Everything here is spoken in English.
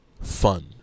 fun